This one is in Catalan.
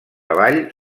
avall